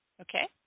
Okay